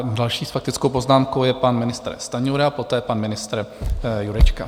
Další s faktickou poznámkou je pan ministr Stanjura, poté pan ministr Jurečka.